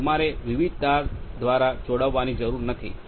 તમારે વિવિધ તાર દ્વારા જોડાવાની જરૂર નથી